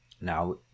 Now